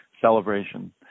celebration